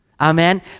Amen